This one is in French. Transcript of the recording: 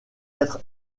être